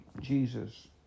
Jesus